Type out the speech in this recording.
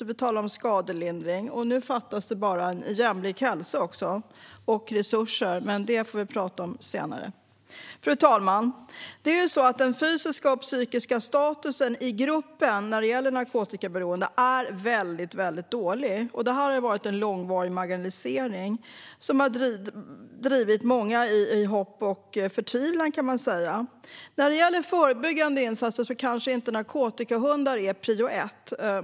Och vi talar om skadelindring. Nu fattas bara jämlik hälsa och resurser också. Men det får vi tala om senare. Fru talman! Den fysiska och psykiska statusen i gruppen narkotikaberoende är väldigt dålig. Det har varit en långvarig marginalisering som har drivit många mellan hopp och förtvivlan. När det gäller förebyggande insatser är kanske inte narkotikahundar prio ett.